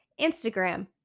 Instagram